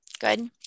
Good